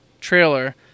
trailer